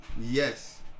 yes